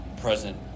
present